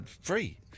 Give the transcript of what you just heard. free